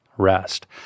rest